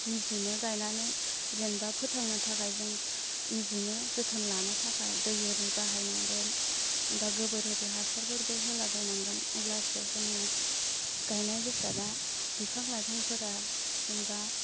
निजिनो गायनानै जेनेबा फोथांनो थाखाय जों निजिनो जोथोन लानो थाखाय दै ओरि बाहाय नांगोन आमफाय गोबोर आरि हासारफोरबो होला बायनांगोन अब्लासो जोंनि गायनाय बेसादा बिफां लायफांफोरा जेनेबा